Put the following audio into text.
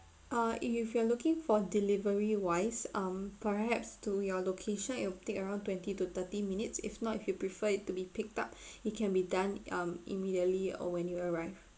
uh if you're looking for delivery wise um perhaps to your location it will take around twenty to thirty minutes if not if you prefer it to be picked up it can be done um immediately or when you arrive